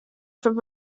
from